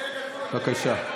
בבקשה.